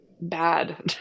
bad